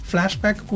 Flashback